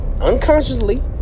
unconsciously